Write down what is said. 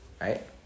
Right